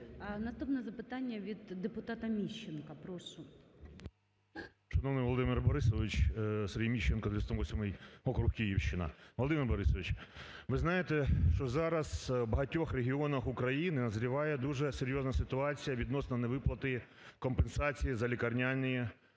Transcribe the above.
Наступне запитання від депутата Міщенка. Прошу. 10:29:53 МІЩЕНКО С.Г. Шановний Володимир Борисович! Сергій Міщенко, 108 округ, Київщина. Володимир Борисович, ви знаєте, що зараз в багатьох регіонах України назріває дуже серйозна ситуація відносно невиплати компенсації за лікарняні листи.